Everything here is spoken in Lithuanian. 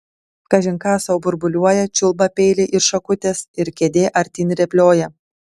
kažin ką sau burbuliuoja čiulba peiliai ir šakutės ir kėdė artyn rėplioja